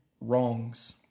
wrongs